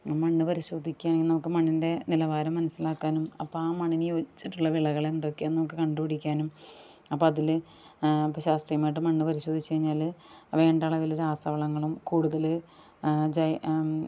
മണ്ണ് പരിശോധിക്കുക നമുക്ക് മണ്ണിൻ്റെ നിലവാരം മനസിലാക്കാനും അപ്പം ആ മണ്ണിന് യോജിച്ചിട്ടുള്ള വിളകളെന്തൊക്കെയാണെന്ന് നമുക്ക് കണ്ട് പിടിക്കാനും അപ്പം അതില് ഇപ്പം ശാസ്ത്രീയമായിട്ട് മണ്ണ് പരിശോധിച്ച് കഴിഞ്ഞാല് വേണ്ട അളവിൽ രാസവളങ്ങളും കൂടുതൽ ജൈ